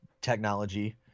technology